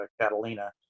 Catalina